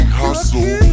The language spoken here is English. hustle